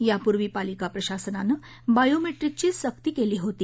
यापूर्वी पालिका प्रशासनानं बायोमट्रिकची सक्ती कली होती